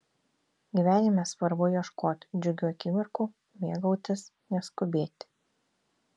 gyvenime svarbu ieškoti džiugių akimirkų mėgautis neskubėti